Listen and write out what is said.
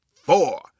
four